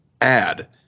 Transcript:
add